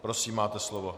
Prosím, máte slovo.